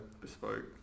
bespoke